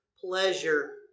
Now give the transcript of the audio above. pleasure